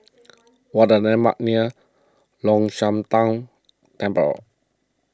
what are the landmarks near Long Shan Tang Temple